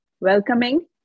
Welcoming